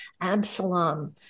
Absalom